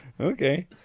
Okay